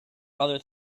other